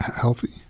healthy